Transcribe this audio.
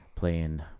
playing